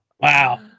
wow